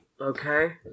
Okay